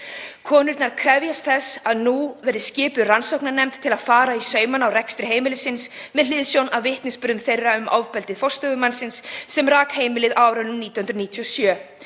Konurnar krefjast þess að nú verði skipuð rannsóknarnefnd til að fara í saumana á rekstri heimilisins með hliðsjón af vitnisburðum þeirra um ofbeldi forstöðumannsins sem rak heimilið á árunum 1997–2007.